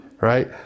right